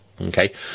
okay